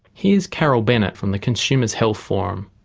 here's carol bennett from the consumers health forum.